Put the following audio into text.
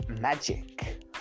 magic